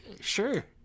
sure